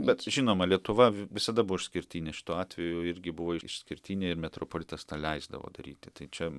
bet žinoma lietuva visada buvo išskirtinė šituo atveju irgi buvo išskirtinė ir metropolitas tą leisdavo daryti tai čia